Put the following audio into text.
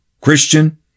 Christian